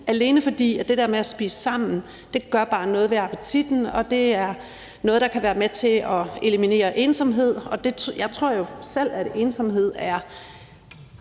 alene fordi det der med at spise sammen bare gør noget ved appetitten, og det er noget, der kan være med til at eliminere ensomhed. Jeg tror jo selv, at ensomhed ofte